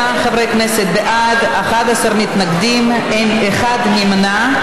58 חברי כנסת בעד, 11 מתנגדים, אחד נמנע.